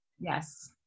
Yes